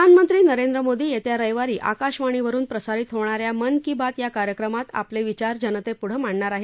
प्रधानमंत्री नरेंद्र मोदी येत्या रविवारी आकाशवाणीवरुन प्रसारित होणा या मन की बात या कार्यक्रमात आपले विचार जनतेपुढं मांडणार आहेत